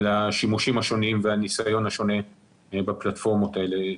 השימושים השונים ועל הניסיון השונה בפלטפורמות האלה.